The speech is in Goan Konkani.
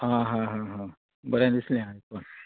आ हा हा हा बरें दिसलें आयकेन